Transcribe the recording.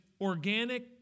organic